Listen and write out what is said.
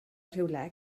rhywle